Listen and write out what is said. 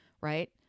right